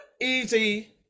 easy